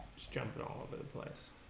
jumping all over the place